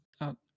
out